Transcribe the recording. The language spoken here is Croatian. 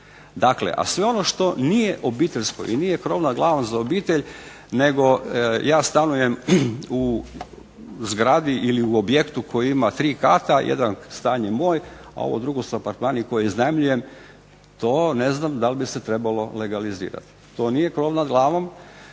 Dakle, a sve ono što nije obiteljsko i nije krov nad glavom za obitelj nego ja stanujem u zgradi ili u objektu koji ima 3 kata, jedan stan je moj, a ovo drugo su apartmani koje iznajmljujem to ne znam da li bi se trebalo legalizirati. To nije krov nad glavom,